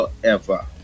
forever